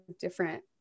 different